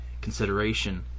consideration